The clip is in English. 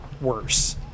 worse